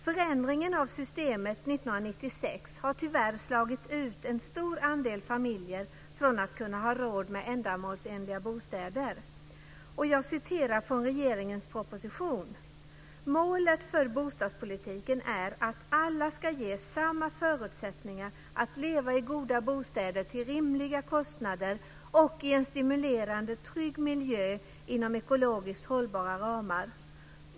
Förändringen av systemet 1996 har tyvärr slagit ut en stor andel familjer från att kunna ha råd med ändamålsenliga bostäder. Jag citerar från regeringens proposition: Målet för bostadspolitiken är att alla ska ges samma förutsättningar att leva i goda bostäder till rimliga kostnader och i en stimulerande och trygg miljö inom ekologiskt hållbara ramar.